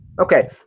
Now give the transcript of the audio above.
Okay